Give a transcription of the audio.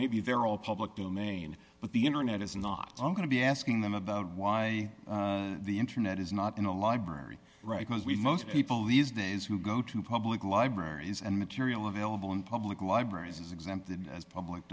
maybe they're all public domain but the internet is not going to be asking them about why the internet is not in a library right now as we most people these days who go to public libraries and material available in public libraries exempted as public